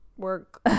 Work